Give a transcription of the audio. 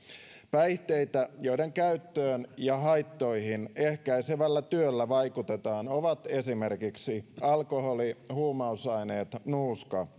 päihteitä joiden käyttöön ja haittoihin ehkäisevällä työllä vaikutetaan ovat esimerkiksi alkoholi huumausaineet nuuska